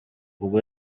ubwo